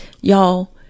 Y'all